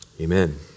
amen